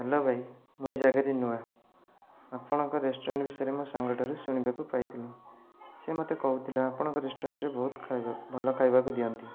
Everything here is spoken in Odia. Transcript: ହ୍ୟାଲୋ ଭାଇ ମୁଁ ଏ ଜାଗାରେ ନୂଆ ଆପଣଙ୍କ ରେଷ୍ଟୁରାଣ୍ଟ ବିଷୟରେ ମୁଁ ମୋ ସାଙ୍ଗଠାରୁ ଶୁଣିବାକୁ ପାଇଥିଲି ସିଏ ମୋତେ କହୁଥିଲା ଆପଣଙ୍କ ରେଷ୍ଟୁରାଣ୍ଟରେ ବହୁତ ଖାଇବା ଭଲ ଖାଇବାକୁ ଦିଅନ୍ତି